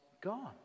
gone